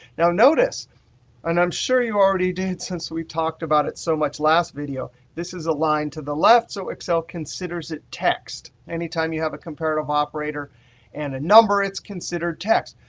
now notice and i'm sure you already did since we talked about it so much last video this is aligned to the left, so excel considers it text. any time you have a comparative operator and a number, it's considered text.